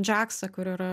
džaksa kur yra